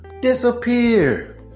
Disappear